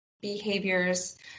behaviors